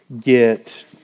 get